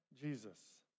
Jesus